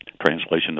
Translation